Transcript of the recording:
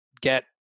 get